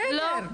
בסדר.